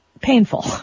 painful